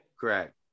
Correct